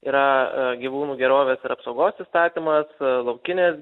yra gyvūnų gerovės ir apsaugos įstatymas laukinės